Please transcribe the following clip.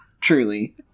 Truly